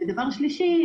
ודבר שלישי,